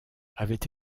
avaient